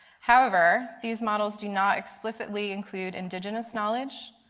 however, these models do not explicitly include indigenous knowledge,